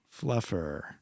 Fluffer